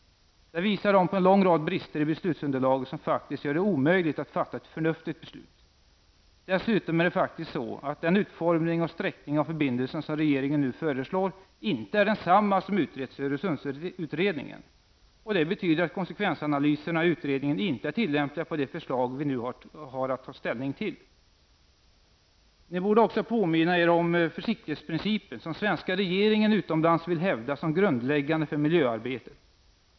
Där visar de på en lång rad brister i beslutsunderlaget som faktiskt gör det omöjligt att fatta ett förnuftigt beslut. Dessutom är det faktiskt så att den utformning och sträckning av förbindelsen som regeringen nu föreslår inte är densamma som utretts i Öresundsutredningen. Det betyder att konsekvensanalyserna i utredningen inte är tillämpliga på det förslag vi nu har att ta ställning till. Ni borde också påminna er själva om försiktighetsprincipen som svenska regeringen utomlands vill hävda som grundläggande för miljöarbetet.